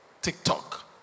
TikTok